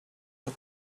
are